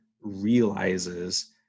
realizes